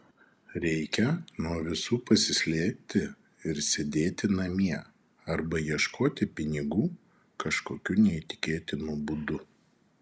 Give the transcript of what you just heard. reikia nuo visų pasislėpti ir sėdėti namie arba ieškoti pinigų kažkokiu neįtikėtinu būdu